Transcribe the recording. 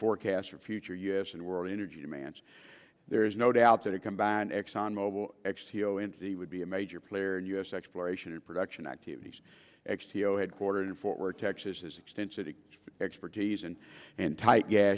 forecast for future u s and world energy demands there is no doubt that it combined exxon mobil would be a major player and u s exploration and production activities x t o headquartered in fort worth texas has extensive expertise and and tight yeah